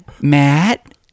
Matt